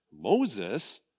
Moses